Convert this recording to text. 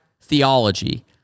theology